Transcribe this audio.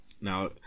Now